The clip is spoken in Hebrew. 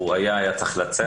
הוא היה והיה צריך לצאת.